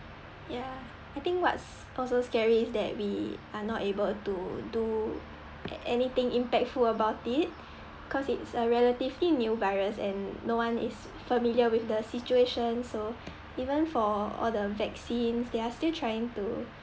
ya I think what's also scary is that we are not able to do a~ anything impactful about it cause it's a relatively new virus and no one is familiar with the situation so even for all the vaccines they are still trying to